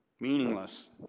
Meaningless